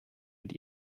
mit